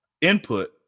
input